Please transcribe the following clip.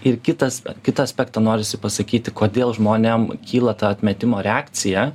ir kitas kitą aspektą norisi pasakyti kodėl žmonėm kyla ta atmetimo reakcija